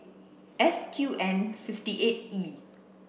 F Q N fifty eight E